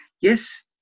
yes